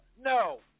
No